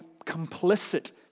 complicit